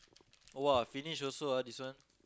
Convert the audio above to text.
!wah! finish also ah this one